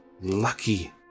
lucky